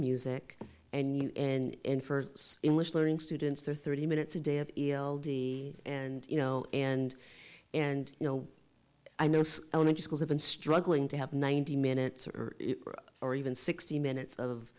music and and for english learning students are thirty minutes a day of l d and you know and and you know i know elementary schools have been struggling to have ninety minutes or even sixty minutes of